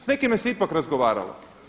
Sa nekime se ipak razgovaralo.